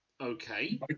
okay